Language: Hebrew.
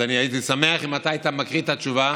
אז הייתי שמח אם אתה היית מקריא את התשובה,